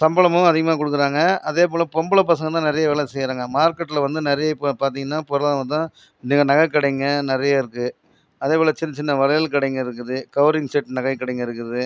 சம்பளமும் அதிகமாக கொடுக்குறாங்க அதேபோல் பொம்பளை பசங்க தான் நிறைய வேலை செய்யிறாங்க மார்க்கெட்டில் வந்து நிறைய இப்போ பார்த்திங்கன்னா பொருளாதாரம் நகை கடைங்க நிறைய இருக்கு அதே போல் சின்ன சின்ன வளையல் கடைங்க இருக்குது கவரிங் செட் நகை கடைங்க இருக்குது